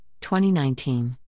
2019